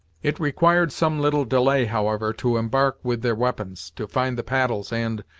it required some little delay, however, to embark with their weapons, to find the paddles and,